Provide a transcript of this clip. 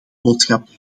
boodschap